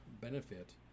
benefit